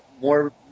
more